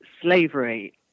slavery